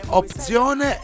opzione